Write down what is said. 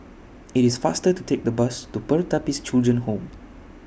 IT IS faster to Take The Bus to Pertapis Children Home